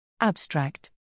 Abstract